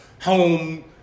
home